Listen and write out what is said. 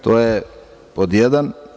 To je pod jedan.